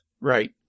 Right